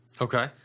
Okay